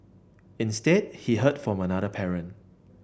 instead he heard from another parent